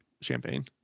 champagne